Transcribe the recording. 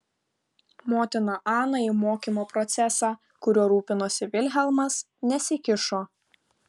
motina ana į mokymo procesą kuriuo rūpinosi vilhelmas nesikišo